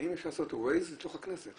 האם אפשר לעשות וייז בתוך הכנסת?